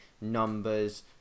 numbers